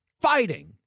fighting